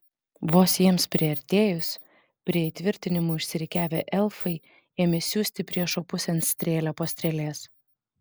vos jiems priartėjus prie įtvirtinimų išsirikiavę elfai ėmė siųsti priešo pusėn strėlę po strėlės